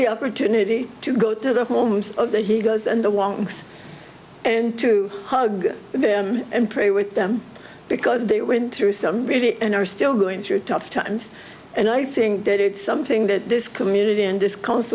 the opportunity to go to the homes of the he goes and the wonks and to hug them and pray with them because they went through some really and are still going through tough times and i think that it's something that this community and